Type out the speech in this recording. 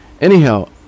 Anyhow